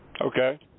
Okay